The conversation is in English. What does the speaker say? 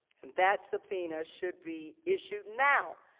and that subpoena should be issued now.